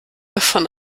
von